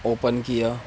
open کیا